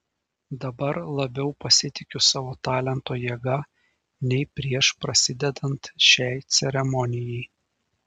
dabar labiau pasitikiu savo talento jėga nei prieš prasidedant šiai ceremonijai